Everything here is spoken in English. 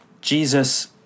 Jesus